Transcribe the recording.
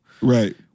Right